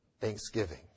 Thanksgiving